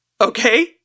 Okay